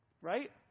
right